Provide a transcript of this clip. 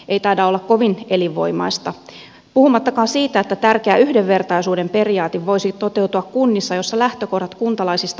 ei taida olla kovin elinvoimaista puhumattakaan siitä että tärkeä yhdenvertaisuuden periaate voisi toteutua kunnissa joissa lähtökohdat kuntalaisista huolehtimiselle ovat heikot